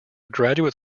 graduate